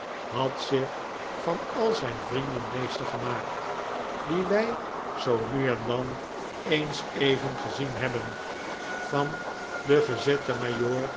had zich van al zijn vrtenden meester gemaakt die wij zoo nu en dan eens even gezien hebben van den gezetten